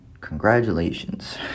congratulations